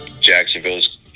Jacksonville's